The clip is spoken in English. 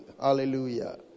Hallelujah